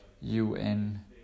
UN